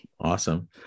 Awesome